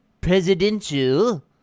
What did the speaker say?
Presidential